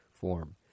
form